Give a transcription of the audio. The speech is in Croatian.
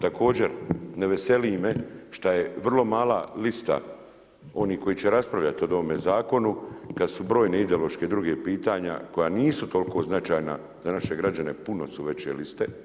Također ne veseli me što je vrlo mala lista onih koji će raspravljati o ovome zakonu, kada su brojna ideološka druga pitanja koja nisu toliko značajna za naše građane, puno su veće liste.